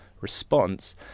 response